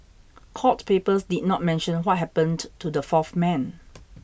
court papers did not mention what happened to the fourth man